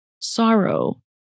sorrow